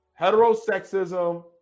heterosexism